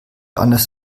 anders